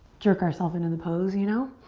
jerk ourselves into the pose, you know?